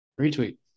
Retweet